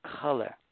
color